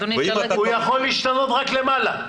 הוא יכול להשתנות רק למעלה.